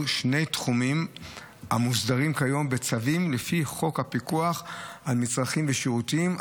שני תחומים המוסדרים כיום בצווים לפי חוק הפיקוח על מצרכים ושירותים,